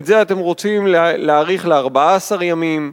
את זה אתם רוצים להאריך ל-14 ימים.